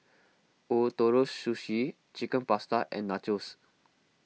Ootoro Sushi Chicken Pasta and Nachos